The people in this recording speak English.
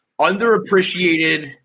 underappreciated